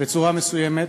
בצורה מסוימת,